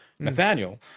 Nathaniel